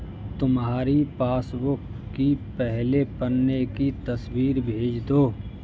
तुम्हारी पासबुक की पहले पन्ने की तस्वीर भेज दो